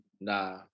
Nah